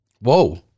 Whoa